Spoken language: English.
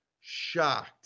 Shocked